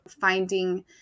finding